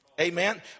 amen